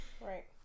Right